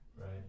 Right